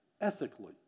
ethically